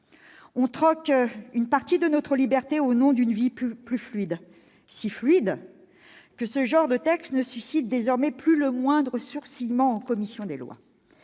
On troque une partie de notre liberté au nom d'une vie plus fluide », et même si fluide que ce genre de texte ne suscite désormais plus le moindre froncement de sourcils en commission des lois.